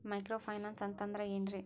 Micro finance ಅಂತಂದ್ರ ಏನ್ರೀ?